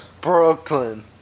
Brooklyn